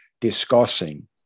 discussing